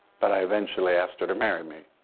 but i eventually asked her to marry me.